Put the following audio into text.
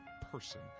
person